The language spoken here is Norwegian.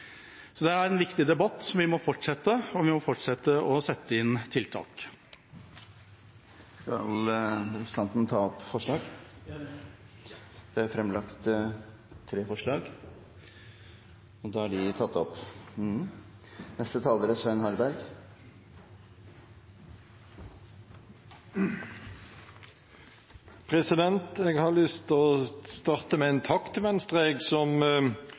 Så det er en viktig debatt, som vi må fortsette, og vi må fortsette å sette inn tiltak. Skal representanten ta opp forslag? Ja. Da har representanten Ketil Kjenseth tatt opp de tre forslagene Venstre har fremlagt. Jeg har lyst til å starte med en takk til Venstre, som